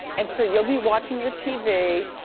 and so you'll be watching your tv,